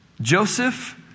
Joseph